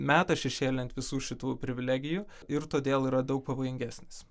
meta šešėlį ant visų šitų privilegijų ir todėl yra daug pavojingesnis